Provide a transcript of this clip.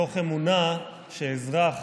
מתוך אמונה שאזרח